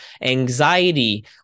anxiety